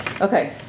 Okay